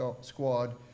squad